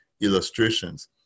illustrations